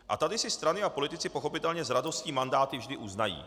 A tady si strany a politici pochopitelně s radostí mandáty vždy uznají.